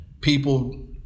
people